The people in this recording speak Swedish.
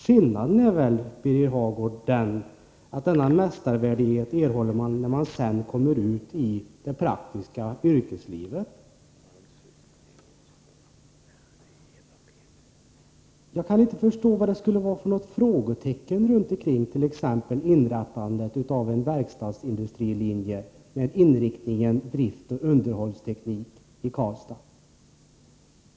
Skillnaden är, Birger Hagård, att eleverna erhåller denna mästarvärdighet när de kommer ut i det praktiska yrkeslivet. Jag kan inte förstå vad det skulle finnas för frågetecken kring exempelvis inrättandet av en verkstadsindustrilinje med inriktning på driftoch underhållsteknik i Karlstad.